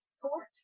court